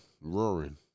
roaring